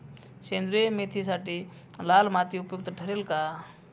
सेंद्रिय मेथीसाठी लाल माती उपयुक्त ठरेल कि काळी?